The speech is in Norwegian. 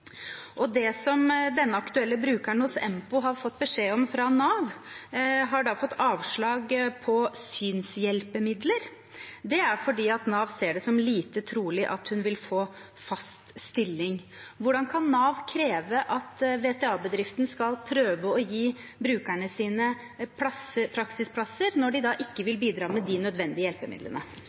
Denne aktuelle brukeren hos Empo har fått avslag på søknaden om synshjelpemidler. Det er fordi Nav ser det som lite trolig at hun vil få fast stilling. Hvordan kan Nav kreve at VTA-bedriftene skal prøve å gi brukerne sine praksisplasser, når de ikke vil bidra med de nødvendige hjelpemidlene?